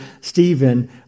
Stephen